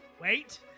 Wait